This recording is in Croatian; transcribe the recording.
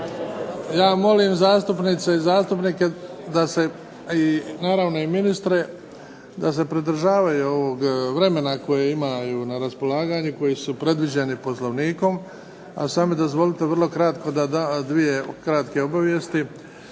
Ja molim zastupnice i zastupnike da se, naravno i ministre da se pridržavaju ovog vremena koje imaju na raspolaganju i koji su predviđeni Poslovnikom. A samo dozvolite vrlo kratko da dam dvije kratke obavijesti.